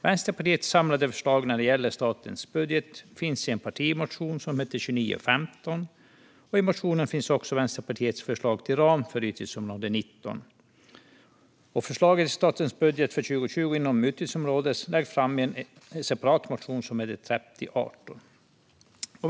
Vänsterpartiets samlade förslag när det gäller statens budget finns i partimotion 2019 20:3018.